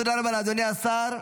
תודה רבה לאדוני השר,